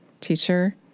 teacher